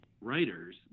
writers